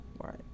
Right